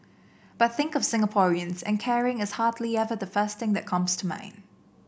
but think of Singaporeans and caring is hardly ever the first thing that comes to mind